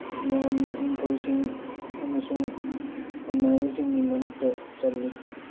ꯌꯥꯝꯅ ꯅꯤꯡꯊꯧꯁꯤꯡ ꯑꯃꯁꯨꯡ ꯐꯝꯅꯥꯏꯕꯁꯤꯡꯒꯤ ꯃꯔꯛꯇ ꯆꯜꯂꯤ